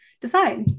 decide